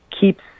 keeps